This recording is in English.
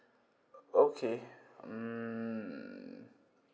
okay mm